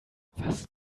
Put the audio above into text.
was